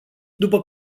după